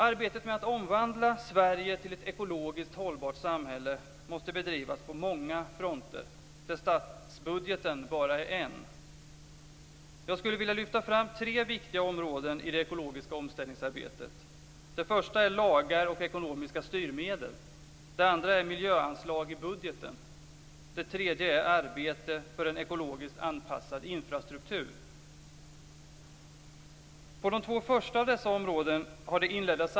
Arbetet med att omvandla Sverige till ett ekologiskt hållbart samhälle måste bedrivas på många fronter där statsbudgeten bara är en. Jag skulle vilja lyfta fram tre viktiga områden i det ekologiska omställningsarbetet. Det första är lagar och ekonomiska styrmedel. Det andra är miljöanslag i budgeten. Occh det tredje är arbete för en ekologiskt anpassad infrastruktur.